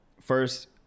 first